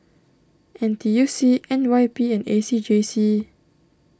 N T U C N Y P and A C J C